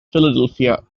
philadelphia